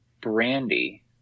brandy